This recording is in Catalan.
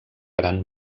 gran